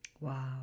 Wow